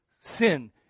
Sin